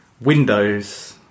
Windows